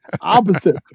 opposite